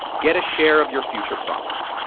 get a share of your future profits.